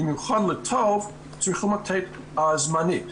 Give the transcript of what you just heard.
במיוחד לטוב, צריכים לתת זמנית,